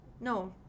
No